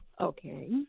Okay